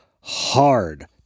hard